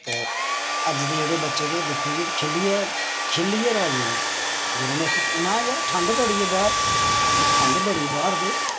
ते अज्ज दे जेह्ड़े बच्चे ते ओह् दिक्खो जी खेलियै खेलियै राजी निं जे उ'नेंगी आक्खो ना यार ठंड बड़ी ऐ बाह्र में ठंड बड़ी बाह्र ते